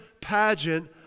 pageant